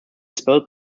spelt